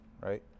right